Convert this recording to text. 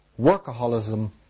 workaholism